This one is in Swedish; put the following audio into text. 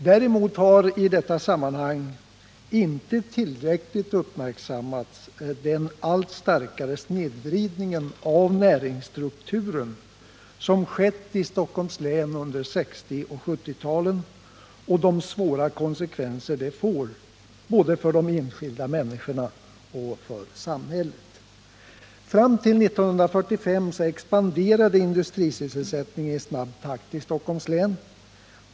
Däremot har i detta sammanhang inte tillräckligt uppmärksammats den allt starkare snedvridning av näringsstrukturen som skett i Stockholms län under 1960 och 1970-talen och de svåra konsekvenser den får både för de enskilda människorna och för samhället. Fram till 1945 expanderade industrisysselsättningen i snabb takt i Stockholms län.